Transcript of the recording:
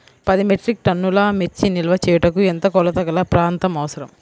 పది మెట్రిక్ టన్నుల మిర్చి నిల్వ చేయుటకు ఎంత కోలతగల ప్రాంతం అవసరం?